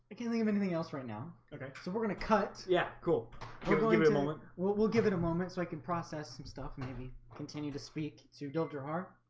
i can't leave anything else right now, okay, so we're gonna. cut yeah cool believe it moment we'll we'll give it a moment so i can process some stuff. maybe continue to speak to dr. hart,